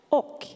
och